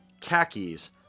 khakis